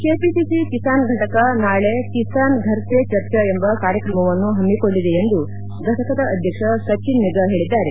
KPCC Kisan ಫಟಕ ನಾಳೆ ಕಿಸಾನ್ ಫರ್ ಪೇ ಚರ್ಚಾ ಎಂಬ ಕಾರ್ಯಕ್ರಮವನ್ನು ಹಮ್ಮಿಕೊಂಡಿದೆ ಎಂದು ಫಟಕದ ಅಧ್ಯಕ್ಷ ಸಚಿನ್ ಮಿಗಾ ಹೇಳಿದ್ದಾರೆ